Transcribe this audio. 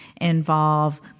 involve